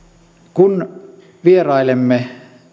kun vierailemme